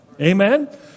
Amen